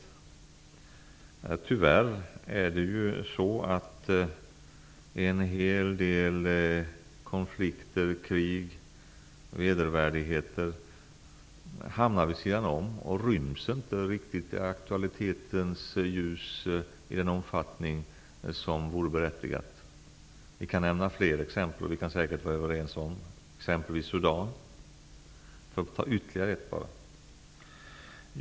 Det är ju tyvärr så att en hel del konflikter, krig och vedervärdigheter hamnar vid sidan om och inte riktigt ryms i aktualitetens ljus i den omfattning som skulle vara berättigat. Vi kan hitta fler exempel, såsom Sudan, för att nämna ett.